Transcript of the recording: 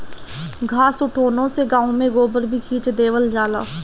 घास उठौना से गाँव में गोबर भी खींच देवल जाला